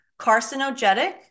carcinogenic